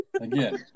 Again